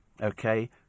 okay